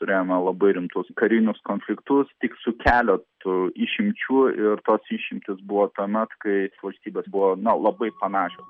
turėjome labai rimtus karinius konfliktus tik su keletu išimčių ir tos išimtys buvo tuomet kai valstybės buvo na labai panašios